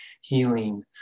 healing